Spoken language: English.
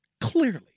Clearly